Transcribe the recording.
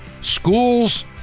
Schools